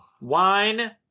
Wine